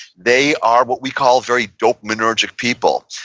they are what we call very dopaminergic people,